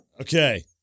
okay